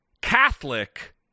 Catholic